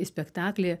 į spektaklį